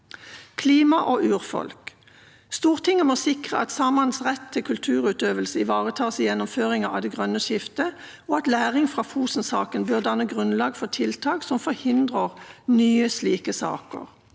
klima og urfolk, må Stortinget sikre at samenes rett til kulturutøvelse ivaretas i gjennomføringen av det grønne skiftet, og læring fra Fosen-saken bør danne grunnlag for tiltak som forhindrer nye slike saker.